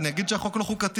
אני אגיד שהחוק לא חוקתי.